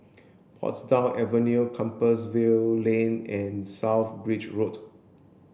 Portsdown Avenue Compassvale Lane and South Bridge Road